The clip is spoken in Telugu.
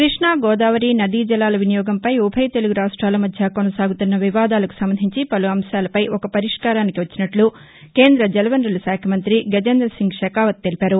క్బష్లా గోదావరి నదీ జలాల వినియోగంపై ఉభయ తెలుగు రాష్ట్రాల మధ్య కొనసాగుతున్న వివాదాలకు సంబంధించి పలు అంశాలపై ఒక పరిష్కారానికి వచ్చినట్లు కేంద్ర జలవనరుల శాఖ మంగ్రతి గజేందసింగ్ షెకావత్ తెలిపారు